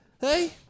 hey